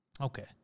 Okay